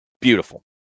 beautiful